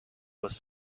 was